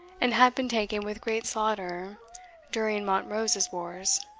and had been taken with great slaughter during montrose's wars.